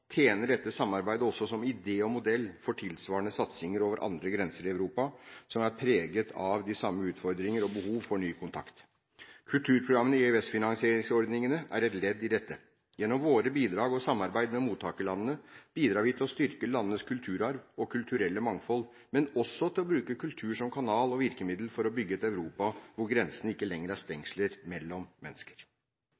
tjener dette samarbeidet også som idé og modell for tilsvarende satsinger over andre grenser i Europa, som er preget av de samme utfordringer og behov for ny kontakt. Kulturprogrammene i EØS-finansieringsordningene er et ledd i dette. Gjennom våre bidrag og samarbeid med mottakerlandene bidrar vi til å styrke landenes kulturarv og kulturelle mangfold, men også til å bruke kultur som kanal og virkemiddel for å bygge et Europa hvor grensene ikke lenger er